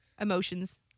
emotions